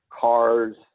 cars